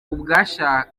ubwashaje